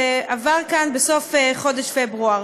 שעבר כאן בסוף חודש פברואר.